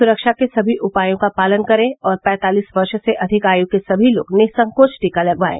सुरक्षा के सभी उपायों का पालन करें और पैंतालीस वर्ष से अधिक आयु के सभी लोग निःसंकोच टीका लगवाएं